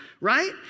Right